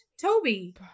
Toby